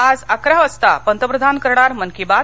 आज अकरा वाजता पंतप्रधान करणार मन की बात